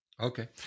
Okay